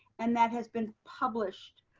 and that has been published.